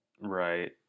right